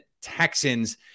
Texans